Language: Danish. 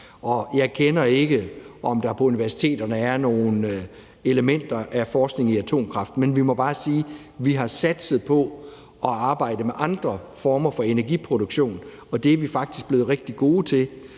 Jeg ved ikke, om der på universiteterne er nogle elementer af forskning i atomkraft. Men vi må bare sige, at vi har satset på at arbejde med andre former for energiproduktion, og det er vi faktisk blevet rigtig gode til.